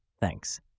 thanks